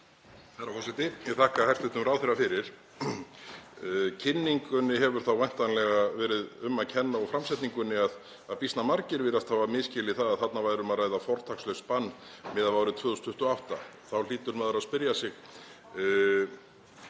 Herra forseti. Ég þakka hæstv. ráðherra fyrir. Kynningunni hefur þá væntanlega verið um að kenna og framsetningunni að býsna margir virðast hafa misskilið það að þarna væri um að ræða fortakslaust bann miðað við árið 2028. Þá hlýtur maður að spyrja sig: